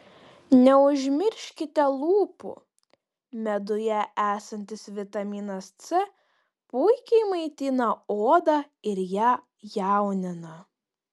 neužmirškite lūpų meduje esantis vitaminas c puikiai maitina odą ir ją jaunina